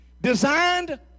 designed